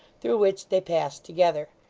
through which they passed together.